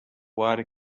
wide